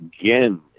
again